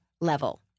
level